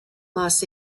los